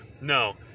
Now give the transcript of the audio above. No